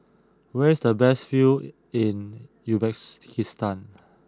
where is the best view in Uzbekistan